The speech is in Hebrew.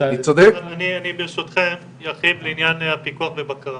אני ברשותכם ארחיב לעניין הפיקוח והבקרה.